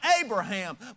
Abraham